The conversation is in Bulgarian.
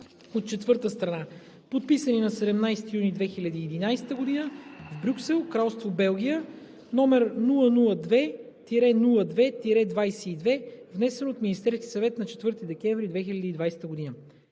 от четвърта страна, подписани на 17 юни 2011г. в Брюксел, Кралство Белгия, № 002-02-22, внесен от Министерския съвет на 4 декември 2020 г.